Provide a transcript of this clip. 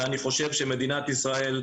ואני חושב שמדינת ישראל,